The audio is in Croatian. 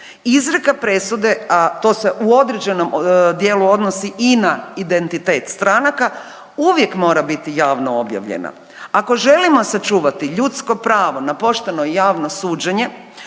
izreka presude, a to se u određenom dijelu odnosi i na identitet stranaka, uvijek mora biti javno objavljena. Ako želimo sačuvati ljudsko pravo na pošteno i javno suđenje,